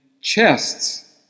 chests